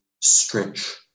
stretch